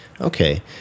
Okay